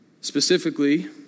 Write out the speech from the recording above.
Specifically